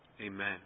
Amen